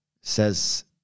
says